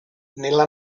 nella